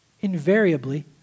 Invariably